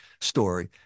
story